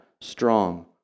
strong